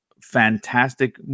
fantastic